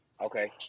Okay